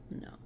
No